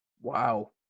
Wow